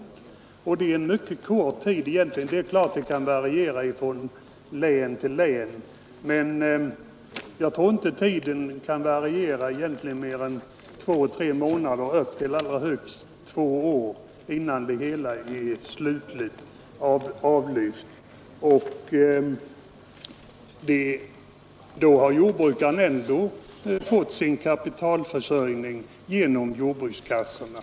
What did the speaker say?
I regel har det rört sig om en ganska kort tid — även om det väl där kan variera från län till län. Jag tror inte att tiden varierar mer än från två tre månader upp till två år. Sedan är lånen i regel avlyfta. Och då har jordbrukaren ändå fått sin kapitalförsörjning från början tillgodosedd genom jordbrukskassorna.